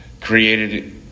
created